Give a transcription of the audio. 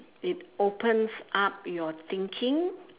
it opens up your thinking